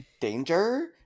danger